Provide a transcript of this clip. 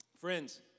Friends